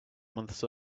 months